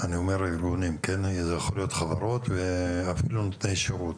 זה יכול להיות חברות ואפילו נותני שירות